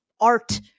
art